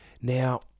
Now